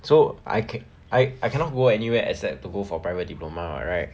so I can I I cannot go anywhere except to go for private diploma [what] right